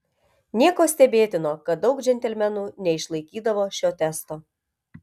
nieko stebėtino kad daug džentelmenų neišlaikydavo šio testo